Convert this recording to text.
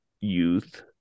youth